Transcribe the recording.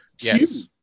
Yes